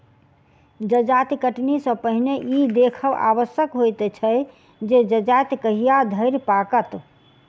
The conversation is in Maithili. जजाति कटनी सॅ पहिने ई देखब आवश्यक होइत छै जे जजाति कहिया धरि पाकत